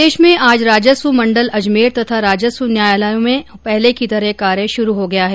प्रदेश में आज राजस्व मंडल अजमेर तथा राजस्व न्यायालयों में पहले की तरह कार्य शुरू हो गया है